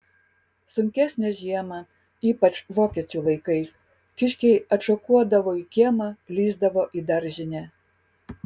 sunkesnę žiemą ypač vokiečių laikais kiškiai atšokuodavo į kiemą lįsdavo į daržinę